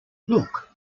look